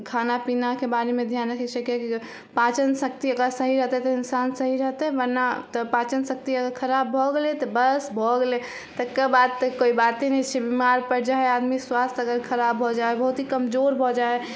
खाना पीनाके बारेमे ध्यान रक्खेके चाही पाचन शक्ति सही रहतै तऽ ओकरा से इन्सान सही रहतै वरना तऽ पाचन शक्ति अगर खराब भऽ गेलै तऽ बस भऽ गेलै तक्कर बाद तऽ कोइ बाते नहि छै बीमार पड़ि जा हइ स्वास्थ्य अगर खराब भऽ जाइ हइ बहुत ही कमजोर भऽ जाइ हइ